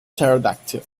pterodactyl